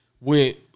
went